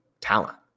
talent